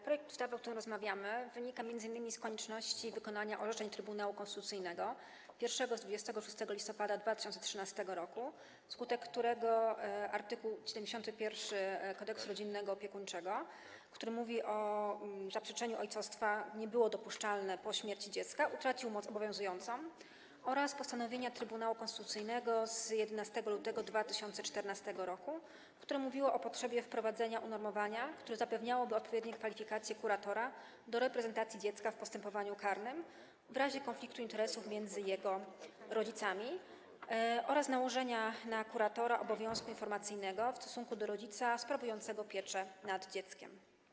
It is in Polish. Projekt ustawy, o którym rozmawiamy, wynika m.in. z konieczności wykonania orzeczeń Trybunału Konstytucyjnego: pierwszego z 26 listopada 2013 r., wskutek którego art. 71 Kodeksu rodzinnego i opiekuńczego, który mówi o tym, że zaprzeczenie ojcostwa nie jest dopuszczalne po śmierci dziecka, utracił moc obowiązującą, oraz postanowienia Trybunału Konstytucyjnego z 11 lutego 2014 r., które mówiło o potrzebie wprowadzenia unormowania, które zapewniałoby odpowiednie kwalifikacje kuratora do reprezentacji dziecka w postępowaniu karnym w razie konfliktu interesów między jego rodzicami, oraz nałożenia na kuratora obowiązku informacyjnego w stosunku do rodzica sprawującego pieczę nad dzieckiem.